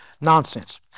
nonsense